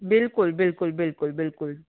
बिल्कुलु बिल्कुलु बिल्कुलु